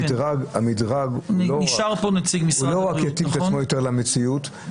המדרג לא רק יתאים את עצמו יותר למציאות,